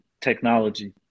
technology